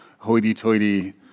hoity-toity